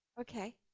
Okay